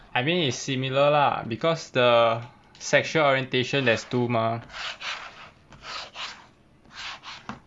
I mean it's similar lah because the sexual orientation there's two mah